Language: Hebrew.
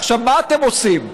עכשיו, מה אתם עושים?